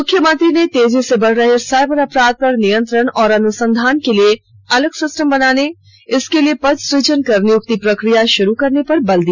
मुख्यमंत्री ने तेजी से बढ़ रहे साइबर अपराध पर नियंत्रण और अनुसंधान के लिए अलग सिस्टम बनाने इसके लिए पद सुजन कर नियुक्ति प्रक्रिया शुरू करने पर बल दिया